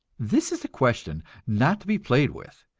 this is a question not to be played with.